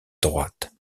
droite